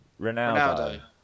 Ronaldo